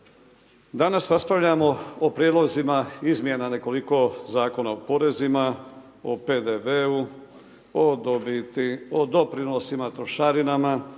Danas raspravljamo o prijedlozima izmjena nekoliko zakona o porezima, o PDV-u, o dobiti, o doprinosima, trošarinama